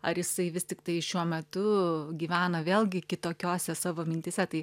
ar jisai vis tiktai šiuo metu gyvena vėlgi kitokiose savo mintyse tai